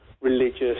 religious